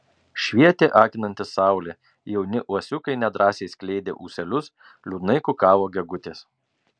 švietė akinanti saulė jauni uosiukai nedrąsiai skleidė ūselius liūdnai kukavo gegutės